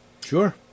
Sure